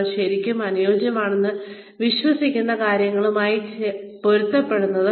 നിങ്ങൾ ശരിയും അനുയോജ്യവുമാണെന്ന് വിശ്വസിക്കുന്ന കാര്യങ്ങളുമായി പൊരുത്തപ്പെടുന്നത്